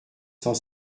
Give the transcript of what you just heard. cent